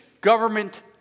government